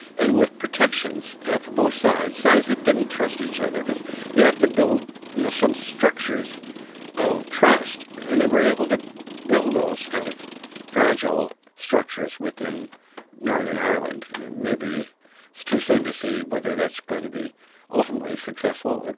and with protections ah for both sides sides that didn't trust each other because you have to build you know some structures of trust. and they were able to build those kind of fragile structures within northern ireland. maybe it's too soon to see whether that's going to be ultimately successful. but